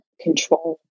control